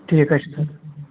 ٹھیٖک حظ چھُ سَر